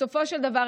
בסופו של דבר,